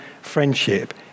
friendship